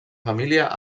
família